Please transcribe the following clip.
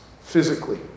Physically